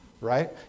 Right